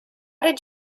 did